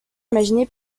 imaginé